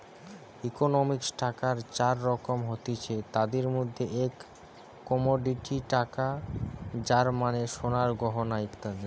ইকোনমিক্সে টাকার চার রকম হতিছে, তাদির মধ্যে এক কমোডিটি টাকা যার মানে সোনার গয়না ইত্যাদি